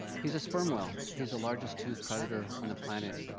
he's a sperm whale, he's the largest toothed predator on the planet.